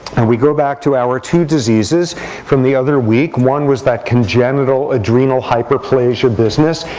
and we go back to our two diseases from the other week one was that congenital adrenal hyperplasia business,